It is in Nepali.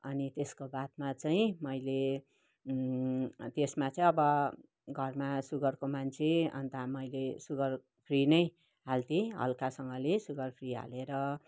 अनि त्यसको बादमा चाहिँ मैले त्यसमा चाहिँ अब घरमा सुगरको मान्छे अन्त मैले सुगर फ्री नै हाल्थेँ हल्कासँगले सुगर फ्री हालेर